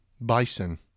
Bison